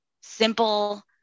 simple